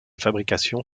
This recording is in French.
fabrication